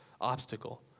obstacle